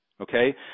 Okay